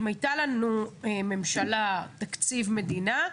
אם היתה לנו ממשלה ותקציב מדינה,